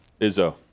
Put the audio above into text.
Izzo